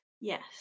yes